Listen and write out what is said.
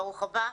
ברוך הבא.